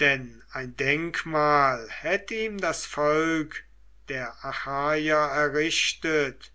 denn ein denkmal hätt ihm das volk der achaier errichtet